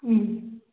ꯎꯝ